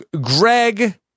Greg